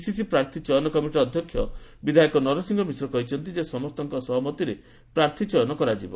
PCC ପ୍ରାର୍ଥୀ ଚୟନ କମିଟିର ଅଧ୍ୟକ୍ଷ ବିଧାୟକ ନରସିଂହ ମିଶ୍ର କହିଛନ୍ତି ସମସ୍ତଙ୍କ ସହମତିରେ ପ୍ରାର୍ଥୀ ଚୟନ କରାଯିବ